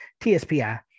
TSPI